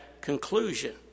conclusion